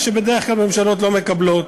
מה שבדך כלל ממשלות לא מקבלות,